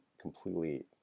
completely